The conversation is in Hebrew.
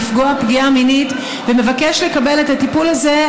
לפגוע פגיעה מינית ומבקש לקבל את הטיפול הזה,